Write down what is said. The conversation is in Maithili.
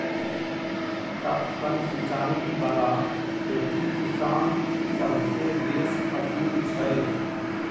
टपकन सिचाई बला खेती किसान सभकेँ बेस पसिन छै